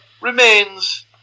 remains